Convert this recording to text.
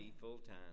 full-time